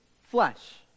flesh